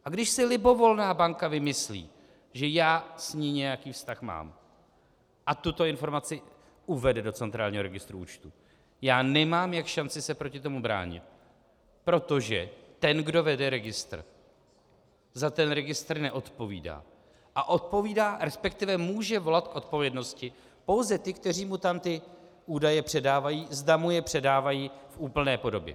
A když si libovolná banka vymyslí, že já s ní nějaký vztah mám, a tuto informaci uvede do centrálního registru účtů, já nemám šanci, jak se proti tomu bránit, protože ten, kdo vede registr, za registr neodpovídá a odpovídá, resp může volat k odpovědnosti pouze ty, kteří mu tam údaje předávají, zda mu je předávají v úplné podobě.